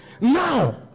now